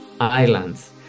islands